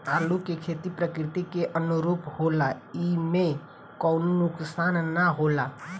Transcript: आलू के खेती प्रकृति के अनुरूप होला एइमे कवनो नुकसान ना होला